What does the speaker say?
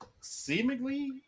seemingly